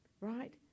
right